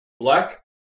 Black